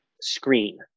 screen